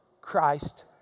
Christ